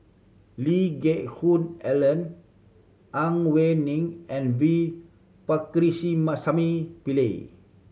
Lee Geck Hoon Ellen Ang Wei Neng and V Pakirisamy Pillai